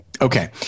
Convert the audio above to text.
Okay